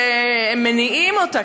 הם מניעים אותה,